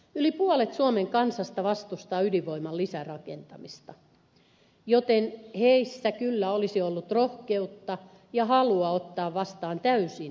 yli puolet suomen kansasta vastustaa ydinvoiman lisärakentamista joten heissä kyllä olisi ollut rohkeutta ja halua ottaa vastaan täysin toisenlainen esitys